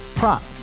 Prop